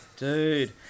Dude